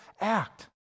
act